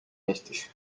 eestis